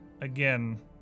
again